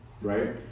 right